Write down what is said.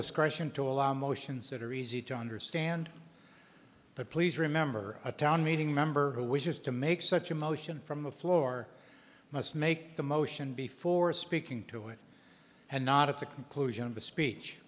discretion to allow motions that are easy to understand but please remember a town meeting member who wishes to make such a motion from the floor must make the motion before speaking to it and not at the conclusion of the speech